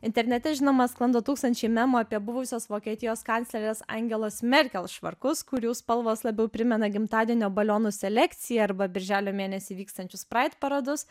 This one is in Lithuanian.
internete žinoma sklando tūkstančiai memų apie buvusios vokietijos kanclerės angelos merkel švarkus kurių spalvos labiau primena gimtadienio balionų selekciją arba birželio mėnesį vykstančius praid paradus